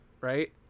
right